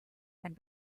and